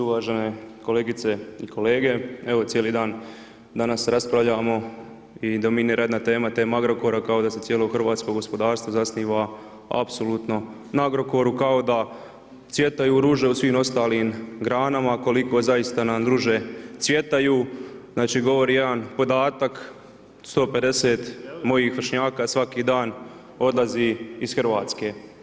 Uvažene kolegice i kolege, evo cijeli dan danas raspravljamo i dominira radna tema, tema Agrokora kao da se cijelo hrvatsko gospodarstvo zasniva apsolutno na Agrokoru, kao cvjetaju ruže u svim ostalim granama, koliko zaista nam ruže cvjetaju, znači, govori jedan podatak 150 mojih vršnjaka svaki dan odlazi iz RH.